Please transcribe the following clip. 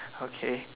okay